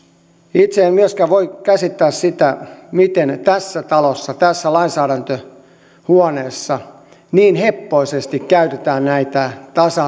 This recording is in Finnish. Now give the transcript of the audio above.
itse en myöskään voi käsittää sitä miten tässä talossa tässä lainsäädäntöhuoneessa niin heppoisesti käytetään näitä tasa